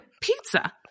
pizza